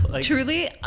Truly